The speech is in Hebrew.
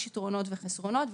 יש יתרונות וחסרונות,